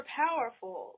powerful